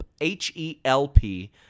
H-E-L-P